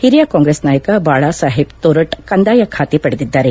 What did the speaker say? ಹಿರಿಯ ಕಾಂಗ್ರೆಸ್ ನಾಯಕ ಬಾಳಾ ಸಾಹೆಬ್ ತೋರಟ್ ಕಂದಾಯ ಖಾತೆಯನ್ನು ಪಡೆದಿದ್ದಾರೆ